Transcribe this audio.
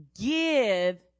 give